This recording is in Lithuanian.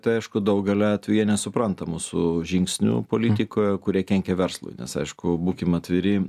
tai aišku daugeliu atvejų jie nesupranta mūsų žingsnių politikoje kurie kenkia verslui nes aišku būkim atviri